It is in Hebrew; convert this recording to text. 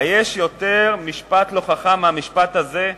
היש משפט לא חכם יותר מהמשפט הזה?